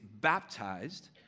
baptized